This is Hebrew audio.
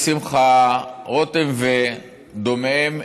כשמחה רותם ודומיהם,